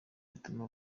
rituma